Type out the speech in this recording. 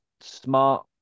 smart